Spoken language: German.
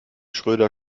schröder